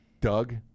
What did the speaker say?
Doug